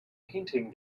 painting